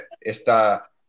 esta